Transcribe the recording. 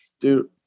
dude